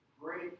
great